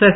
S